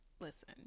listen